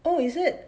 oh is it